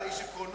אתה איש עקרונות,